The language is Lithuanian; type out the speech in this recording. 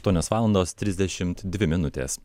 aštuonios valandos trisdešimt dvi minutės